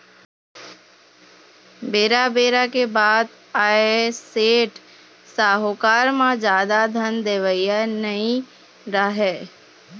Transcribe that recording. बेरा बेरा के बात आय सेठ, साहूकार म जादा धन देवइया नइ राहय